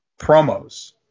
promos